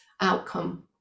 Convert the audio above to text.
outcome